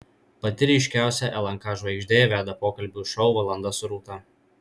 pati ryškiausia lnk žvaigždė veda pokalbių šou valanda su rūta